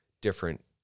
different